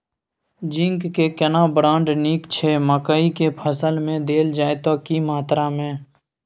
Zinc के केना brand नीक छैय मकई के फसल में देल जाए त की मात्रा में?